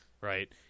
right